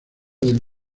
del